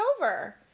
over